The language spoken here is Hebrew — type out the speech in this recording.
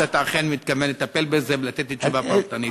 שאתה אכן מתכוון לטפל בזה ולתת לי תשובה פרטנית.